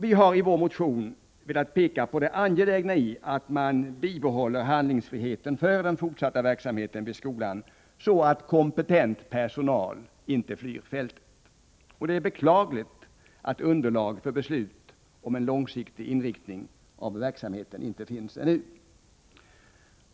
I vår motion har vi velat peka på det angelägna i att man bibehåller handlingsfriheten för den fortsatta verksamheten vid skolan, så att kompetent personal inte flyr fältet. Det är beklagligt att underlag för beslut om en långsiktig inriktning av verksamheten inte finns ännu.